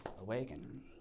awaken